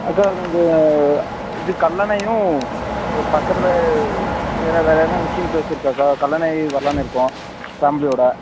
அக்கா இது இது கல்லணையும் பக்கத்தில் வேறு வேறு எதுனா விசிட்டிங் பிளேஸ் இருக்காக்கா கல்லணை வரலாம்னு இருக்கோம் ஃபேமிலியோட